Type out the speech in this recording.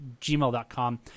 gmail.com